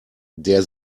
der